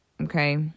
okay